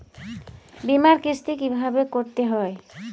বিমার কিস্তি কিভাবে করতে হয়?